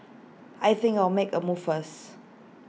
I think I'll make A move first